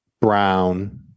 Brown